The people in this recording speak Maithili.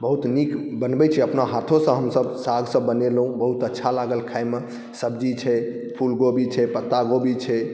बहुत नीक बनबै छी अपना हाथोसँ हमसब सुआदसँ बनेलहुँ बहुत अच्छा लागल खाइमे सब्जी छै फूल कोबी छै पत्ता कोबी छै